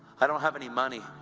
i didn't have any money.